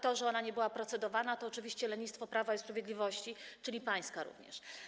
To, że ona nie była procedowana, to oczywiście lenistwo Prawa i Sprawiedliwości, czyli pańskie również.